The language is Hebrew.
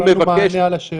לא קיבלנו מענה על השאלות.